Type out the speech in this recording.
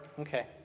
okay